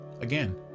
again